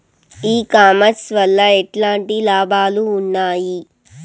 ఈ కామర్స్ వల్ల ఎట్లాంటి లాభాలు ఉన్నాయి?